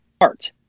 art